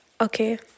Okay